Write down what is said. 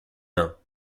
mains